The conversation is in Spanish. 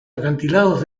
acantilados